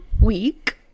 week